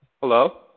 Hello